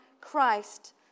Christ